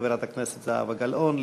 חברת הכנסת זהבה גלאון,